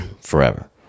Forever